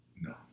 no